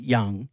Young